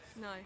No